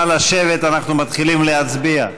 נא לשבת, אנחנו מתחילים להצביע.